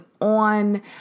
on